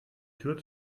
tür